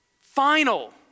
Final